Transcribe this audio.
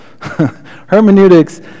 Hermeneutics